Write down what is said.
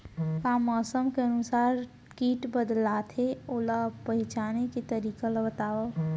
का मौसम के अनुसार किट बदलथे, ओला पहिचाने के तरीका ला बतावव?